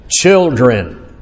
children